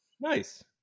Nice